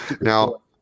Now